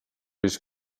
his